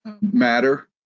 matter